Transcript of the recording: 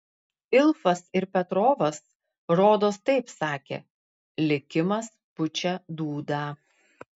ilfas ir petrovas rodos taip sakė likimas pučia dūdą